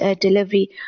delivery